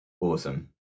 awesome